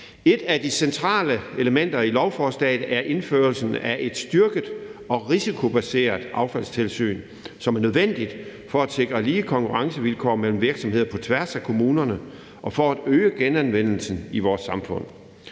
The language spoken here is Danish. Et af de centrale elementer i lovforslaget er indførelsen af et styrket og risikobaseret affaldstilsyn, som er nødvendigt for at sikre lige konkurrencevilkår for virksomheder på tværs af kommunerne og for at øge genanvendelsen i vores samfund.